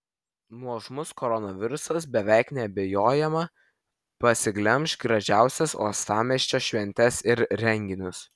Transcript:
nuožmus koronavirusas beveik neabejojama pasiglemš gražiausias uostamiesčio šventes ir renginius